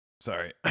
sorry